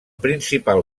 principal